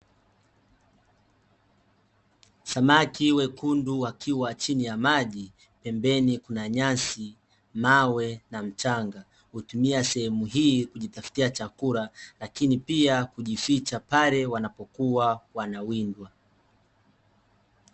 Samaki wekundu wakiwa chini ya maji, pembeni kuna nyasi, mawe na mchanga. Hutumia sehemu hii kujitafutia chakula lakini pia kujificha pale wanapokuwa wanawindwa.